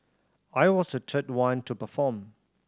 I was the third one to perform